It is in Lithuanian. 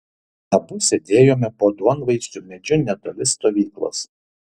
abu sėdėjome po duonvaisiu medžiu netoli stovyklos